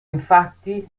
infatti